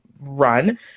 run